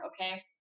okay